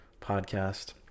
podcast